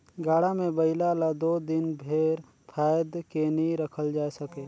गाड़ा मे बइला ल दो दिन भेर फाएद के नी रखल जाए सके